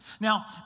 Now